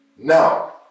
now